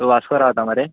वास्को रावता मरे